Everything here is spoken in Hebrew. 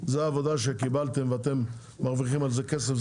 זו העבודה שקיבלתם ואתם מרוויחים על זה כסף,